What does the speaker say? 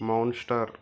monster